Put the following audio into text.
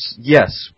yes